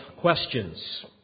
questions